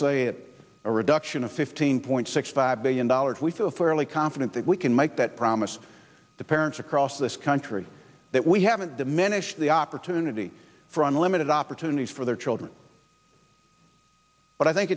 say it a reduction of fifteen point six five billion dollars we feel fairly confident that we can make that promise to parents across this country that we haven't diminished the opportunity for unlimited opportunities for their children but i think